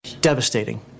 Devastating